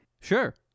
sure